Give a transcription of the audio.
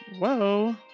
Whoa